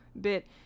bit